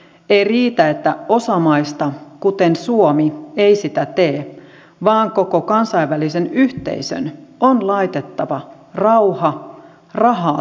ei riitä että osa maista kuten suomi ei sitä tee vaan koko kansainvälisen yhteisön on laitettava rauha rahaa tärkeämmäksi